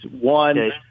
One